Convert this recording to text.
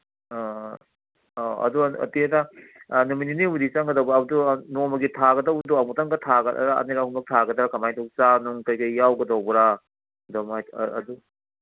ꯑ ꯑꯧ ꯑꯗꯨ ꯅꯠꯇꯦꯗ ꯅꯨꯃꯤꯠ ꯅꯤꯅꯤ ꯍꯨꯝꯅꯤꯕꯨꯗꯤ ꯆꯪꯒꯗꯧꯕ ꯑꯗꯨ ꯅꯣꯡꯃꯒꯤ ꯊꯥꯒꯗꯧꯕꯗꯣ ꯑꯃꯨꯛꯇꯪꯒ ꯊꯥꯒꯗ꯭ꯔ ꯑꯅꯤ ꯑꯍꯨꯝꯂꯛ ꯊꯥꯒꯗ꯭ꯔ ꯀꯃꯥꯏ ꯇꯧꯅꯤ ꯆꯥ ꯅꯨꯡ ꯀꯩꯀꯩ ꯌꯥꯎꯒꯗꯧꯕ꯭ꯔ